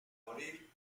morir